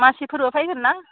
मानसिफोरबो फैगोन्ना